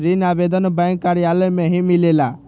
ऋण आवेदन बैंक कार्यालय मे ही मिलेला?